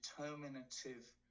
determinative